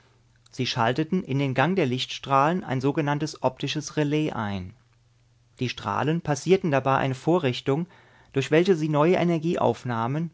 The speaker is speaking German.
sie schalteten in den gang der lichtstrahlen ein sogenanntes optisches relais ein die strahlen passierten dabei eine vorrichtung durch welche sie neue energie